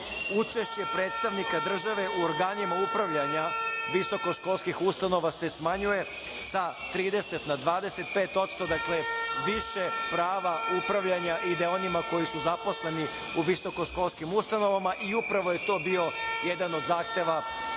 učešće predstavnika države u organima upravljanja visokoškolskih ustanova se smanjuje sa 30 na 25%. Dakle, više prava upravljanja ide onima koji su zaposleni u visokoškolskim ustanovama i upravo je to bio jedan od zahteva svih